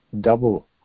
double